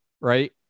right